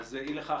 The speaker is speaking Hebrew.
אז אי לכך,